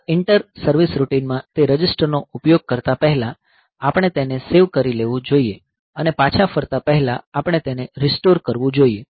આ inter service રૂટીનમાં તે રજીસ્ટરનો ઉપયોગ કરતા પહેલા આપણે તેને સેવ કરી લેવું જોઈએ અને પાછા ફરતા પહેલા આપણે તેને રીસ્ટોર કરવું જોઈએ